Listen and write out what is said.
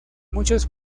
muchos